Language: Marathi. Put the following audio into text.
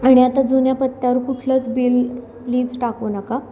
आणि आता जुन्या पत्त्यावर कुठलंच बिल प्लीज टाकू नका